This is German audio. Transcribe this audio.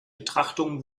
betrachtungen